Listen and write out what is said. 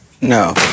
No